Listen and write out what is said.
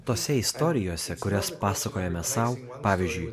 tose istorijose kurias pasakojame sau pavyzdžiui